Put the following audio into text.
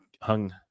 hung